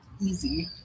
Easy